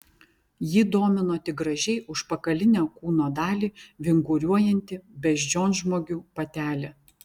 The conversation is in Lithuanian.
jį domino tik gražiai užpakalinę kūno dalį vinguriuojanti beždžionžmogių patelė